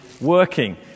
working